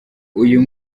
uyu